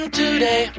today